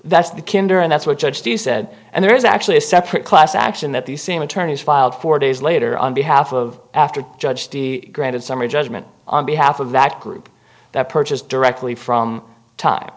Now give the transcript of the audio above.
that's the kinda and that's what judge who said and there is actually a separate class action that these seem attorneys filed four days later on behalf of after judge he granted summary judgment on behalf of that group that purchased directly from time